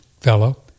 fellow